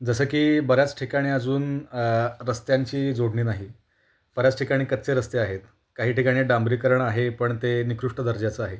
जसं की बऱ्याच ठिकाणी अजून रस्त्यांची जोडणी नाही बऱ्याच ठिकाणी कच्चे रस्ते आहेत काही ठिकाणी डांबरीकरण आहे पण ते निकृष्ट दर्जाचं आहे